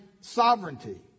sovereignty